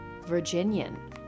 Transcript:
Virginian